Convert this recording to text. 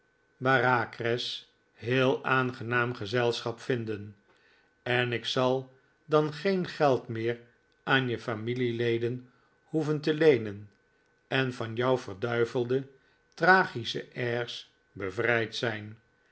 bareacres heel aangenaam gezelschap vinden en ik zal dan geen geld meer aan je familieleden hoeven te leenen en van jouw verduivelde tragische airs bevrijd zijn